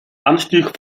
anstieg